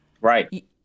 Right